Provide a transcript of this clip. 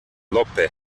lope